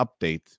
update